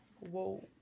Whoa